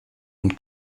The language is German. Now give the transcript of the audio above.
und